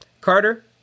Carter